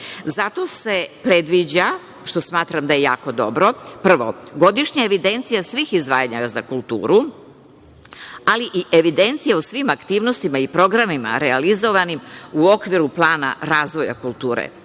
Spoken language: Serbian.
Zato se predviđa, što smatram da je jako dobro, prvo godišnja evidencija svih izdvajanja za kulturu, ali i evidencija o svim aktivnostima i programima realizovanim u okviru plana razvoja kulture. Na